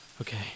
okay